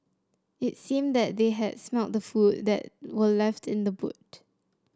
it seemed that they had smelt the food that were left in the boot